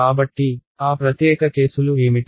కాబట్టి ఆ ప్రత్యేక కేసులు ఏమిటి